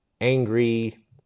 angry